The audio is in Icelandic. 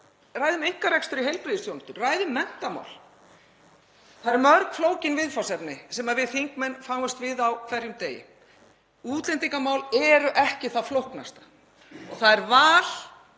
ræða um einkarekstur í heilbrigðisþjónustu, ræða menntamál. Það eru mörg flókin viðfangsefni sem við þingmenn fáumst við á hverjum degi. Útlendingamál eru ekki það flóknasta. Það er val